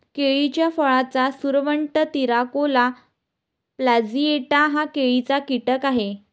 केळीच्या फळाचा सुरवंट, तिराकोला प्लॅजिएटा हा केळीचा कीटक आहे